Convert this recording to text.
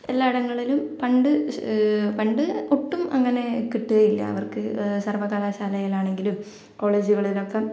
എല്ലാ ഇടങ്ങളിലും പണ്ട് പണ്ട് ഒട്ടും അങ്ങനെ കിട്ടുകയില്ല അവർക്ക് സർവ്വകലാശാലയിലാണെങ്കിലും കോളേജുകളിലൊക്കെ